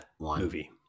movie